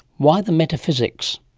why the metaphysics?